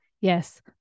Yes